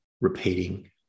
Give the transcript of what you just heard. repeating